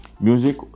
music